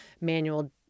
manual